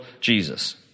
Jesus